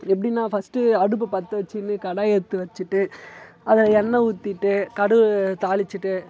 எப்படின்னா ஃபர்ஸ்டு அடுப்பை பற்ற வச்சிட்டு கடாயை எடுத்து வச்சிட்டு அதில் எண்ணெய் ஊற்றிட்டு கடுகு தாளிச்சிட்டு